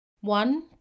One